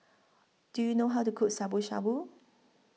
Do YOU know How to Cook Shabu Shabu